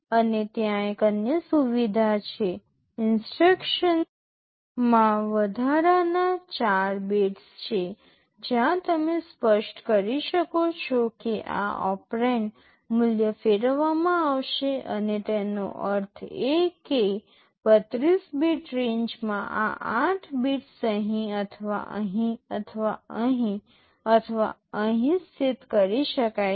અને ત્યાં એક અન્ય સુવિધા છે ઇન્સટ્રક્શનમાં વધારાના 4 બિટ્સ છે જ્યાં તમે સ્પષ્ટ કરી શકો છો કે આ ઓપરેન્ડ મૂલ્ય ફેરવવામાં આવશે અને તેનો અર્થ એ કે 32 બીટ રેન્જમાં આ 8 બિટ્સ અહીં અથવા અહીં અથવા અહીં અથવા અહીં સ્થિત કરી શકાય છે